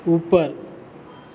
ऊपर